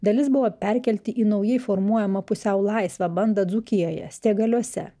dalis buvo perkelti į naujai formuojamą pusiau laisvą bandą dzūkijoje stėgaliuose